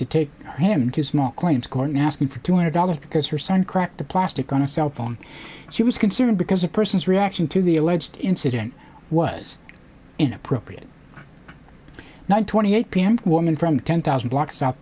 to take him to small claims court asking for two hundred dollars because her son cracked the plastic on a cellphone she was concerned because a person's reaction to the alleged incident was inappropriate nine twenty eight pm woman from ten thousand block s